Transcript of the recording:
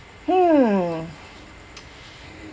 hmm